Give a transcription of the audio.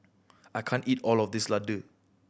I can't eat all of this Ladoo